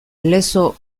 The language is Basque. lezo